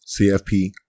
CFP